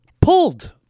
Pulled